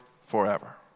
forever